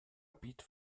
bietet